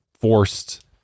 forced